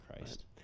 Christ